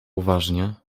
uważnie